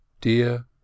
dear